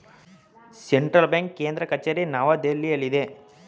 central bank ಕೇಂದ್ರ ಕಚೇರಿ ನವದೆಹಲಿಯಲ್ಲಿದೆ